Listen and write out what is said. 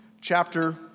chapter